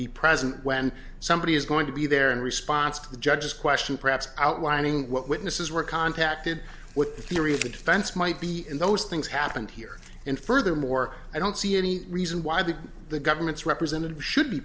be present when somebody is going to be there in response to the judge's question perhaps outlining what witnesses were contacted what the theory of the defense might be and those things happened here and furthermore i don't see any reason why the the government's representative should be